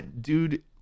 dude